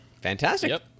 Fantastic